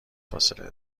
فاصله